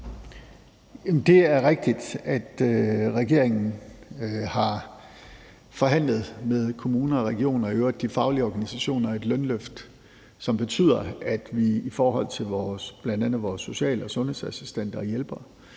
Det er rigtigt, at regeringen med kommuner og regioner og i øvrigt de faglige organisationer har forhandlet et lønløft, som betyder, at vi i forhold til bl.a. vores social- og sundhedsassistenter og -hjælpere,